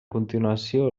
continuació